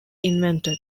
invented